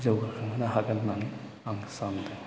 जौगाखांहोनो हागोन होन्नानै आं सानदों